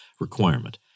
requirement